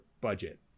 budget